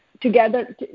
together